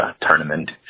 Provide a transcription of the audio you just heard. tournament